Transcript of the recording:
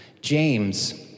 James